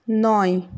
নয়